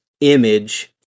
image